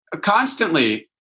Constantly